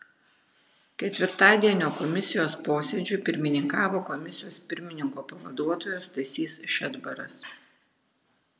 ketvirtadienio komisijos posėdžiui pirmininkavo komisijos pirmininko pavaduotojas stasys šedbaras